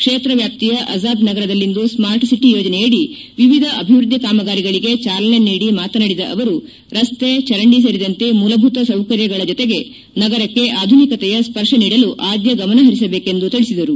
ಕ್ಷೇತ್ರ ವ್ಯಾಪ್ತಿಯ ಅಜಾದ್ನಗರದಲ್ಲಿಂದು ಸ್ಕಾರ್ಟ್ಸಿಟಿ ಯೋಜನೆಯಡಿ ವಿವಿಧ ಅಭಿವೃದ್ದಿ ಕಾಮಗಾರಿಗಳಿಗೆ ಚಾಲನೆ ನೀಡಿ ಮಾತನಾಡಿದ ಅವರು ರಸ್ತೆ ಚರಂಡಿ ಸೇರಿದಂತೆ ಮೂಲಭೂತ ಸೌಕರ್ಯಗಳ ಜೊತೆಗೆ ನಗರಕ್ಷೆ ಆಧುನಿಕತೆಯ ಸ್ವರ್ಶ ನೀಡಲು ಆದ್ದ ಗಮನಹರಿಸಬೇಕೆಂದು ತಿಳಿಸಿದರು